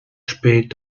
spät